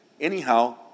Anyhow